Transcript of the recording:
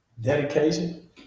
dedication